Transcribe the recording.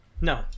No